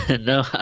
No